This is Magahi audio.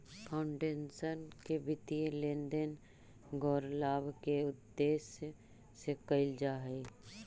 फाउंडेशन के वित्तीय लेन देन गैर लाभ के उद्देश्य से कईल जा हई